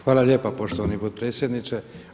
Hvala lijepa poštovani potpredsjedniče.